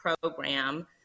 program